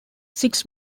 six